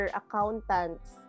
accountants